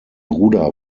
bruder